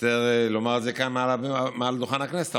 מצטער לומר את זה כאן מעל דוכן הכנסת,